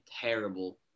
terrible